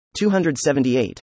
278